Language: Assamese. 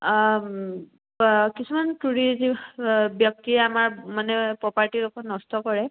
কিছুমান টুৰিজিমে ব্যক্তিয়ে আমাৰ মানে প্ৰপাৰ্টিৰ ওপৰত নষ্ট কৰে